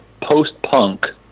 post-punk